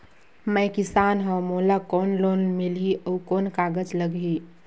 मैं किसान हव मोला कौन लोन मिलही? अउ कौन कागज लगही?